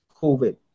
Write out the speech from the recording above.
COVID